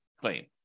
claim